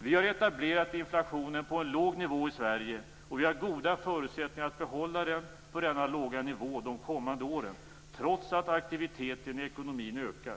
Vi har etablerat inflationen på en låg nivå i Sverige, och vi har goda förutsättningar att behålla den på denna låga nivå de kommande åren, trots att aktiviteten i ekonomin ökar.